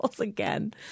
again